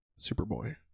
Superboy